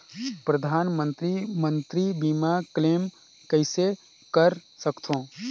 परधानमंतरी मंतरी बीमा क्लेम कइसे कर सकथव?